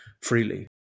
freely